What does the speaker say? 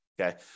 Okay